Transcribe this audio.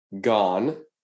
gone